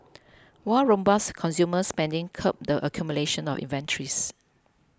while robust consumer spending curbed the accumulation of inventories